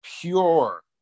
Pure